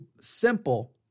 simple